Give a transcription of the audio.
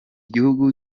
gihugu